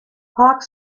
park